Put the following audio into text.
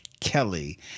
Kelly